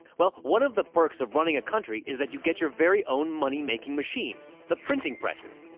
well, one of the perks of running a country is that you get your very own money making machine the printing presses.